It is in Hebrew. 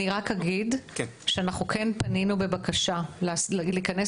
אני רק אגיד שאנחנו כן פנינו בבקשה להיכנס